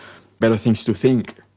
better things to think,